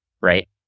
right